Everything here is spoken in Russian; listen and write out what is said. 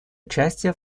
участие